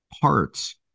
parts